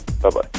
Bye-bye